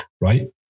right